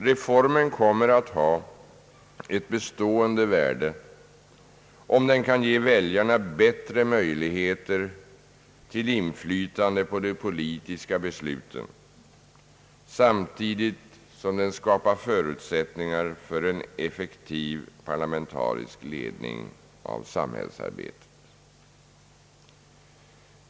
Reformen kommer att ha ett bestående värde om den kan ge väljarna bättre möjligheter till inflytande på de politiska besluten samtidigt som den skapar förutsättningar för en effektiv parlamentarisk ledning av samhällsarbetet.